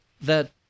that-